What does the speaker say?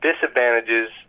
Disadvantages